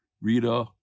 Rita